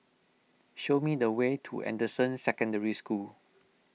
show me the way to Anderson Secondary School